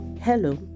Hello